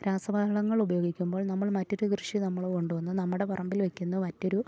രാസവളങ്ങൾ ഉപയോഗിക്കുമ്പോൾ നമ്മൾ മറ്റൊരു കൃഷി നമ്മൾ കൊണ്ടു വന്ന് നമ്മുടെ പറമ്പിൽ വെക്കുന്ന മറ്റൊരു